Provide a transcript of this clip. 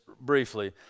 briefly